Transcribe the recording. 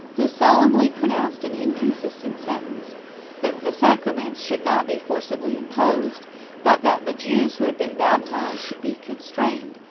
who solemnly pronounced an inconsistent sentence that the sacraments should not be forcibly imposed but that the jews who had been baptized should be constrained,